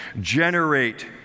generate